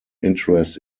interest